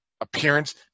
appearance